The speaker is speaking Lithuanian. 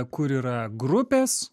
kur yra grupės